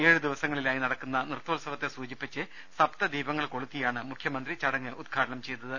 ഏഴു ദിവസ ങ്ങളിലായി നടക്കുന്ന നൃത്തോത്സവത്തെ സൂചിപ്പിച്ച് സപ്തദീപങ്ങൾ കൊളുത്തിയാണ് മുഖ്യമന്ത്രി ചടങ്ങ് ഉദ്ഘാടനം ചെയ്തത്